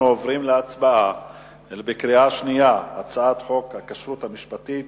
אנחנו עוברים להצבעה בקריאה שנייה על הצעת חוק הכשרות המשפטית